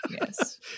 yes